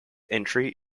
entry